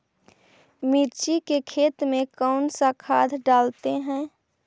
मिर्ची के खेत में कौन सा खाद डालते हैं?